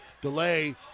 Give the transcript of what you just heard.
delay